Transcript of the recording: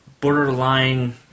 borderline